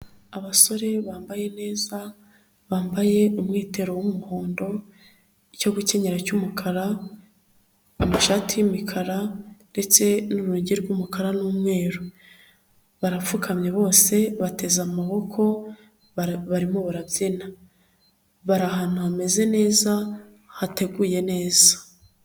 Abasore bambaye neza bambaye umwitero w'umuhondo, icyo gukenyero cy'umukara, amashati y'imikara ndetse n'urunigi rw'umukara n'umweru barapfukamye bose bateze amaboko barimo barabyina, bari ahantu hameze neza hateguye neza.